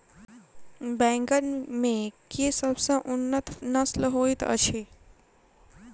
बैंगन मे केँ सबसँ उन्नत नस्ल होइत अछि?